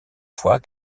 fois